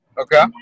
Okay